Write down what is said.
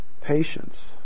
patience